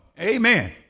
Amen